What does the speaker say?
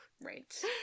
Right